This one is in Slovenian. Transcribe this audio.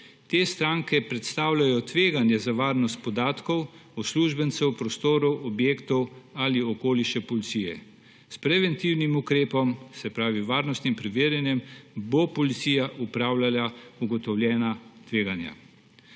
Te stranke predstavljajo tveganje za varnost podatkov, uslužbencev, prostorov, objektov ali okoliša policije. S preventivnim ukrepom, se pravi z varnostnim preverjanjem, bo policija opravljala ugotovljena tveganja.